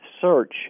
search